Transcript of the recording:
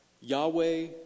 Yahweh